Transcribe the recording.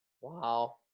Wow